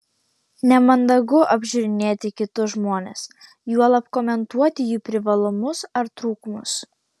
nemandagu apžiūrinėti kitus žmones juolab komentuoti jų privalumus ar trūkumus